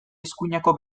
eskuineko